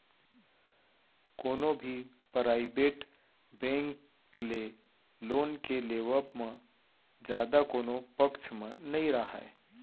कोनो भी private bank ले लोन के लेवब म जादा कोनो पक्छ म नइ राहय